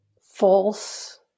false